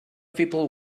people